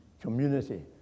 community